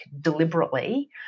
deliberately